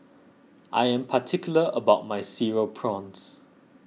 I am particular about my Cereal Prawns